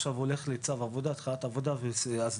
עכשיו הולך לתחילת עבודה והסדרתו.